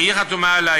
שהיא חתומה עליה,